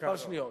עוד דקה לא.